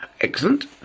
excellent